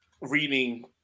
reading